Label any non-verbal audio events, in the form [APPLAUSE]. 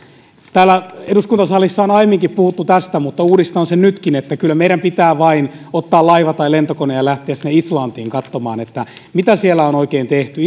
täällä eduskuntasalissa on aiemminkin puhuttu tästä mutta uudistan sen nytkin että kyllä meidän pitää vain ottaa laiva tai lentokone ja lähteä sinne islantiin katsomaan mitä siellä on oikein tehty [UNINTELLIGIBLE]